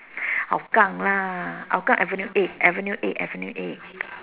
hougang lah hougang avenue eight avenue eight avenue eight